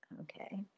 okay